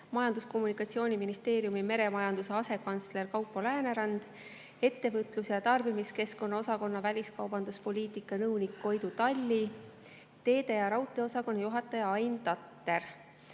Majandus‑ ja Kommunikatsiooniministeeriumi meremajanduse asekantsler Kaupo Läänerand, ettevõtlus‑ ja tarbimiskeskkonna osakonna väliskaubanduspoliitika nõunik Koidu Talli ning teede‑ ja raudteeosakonna juhataja Ain Tatter.